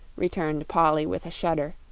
returned polly, with a shudder,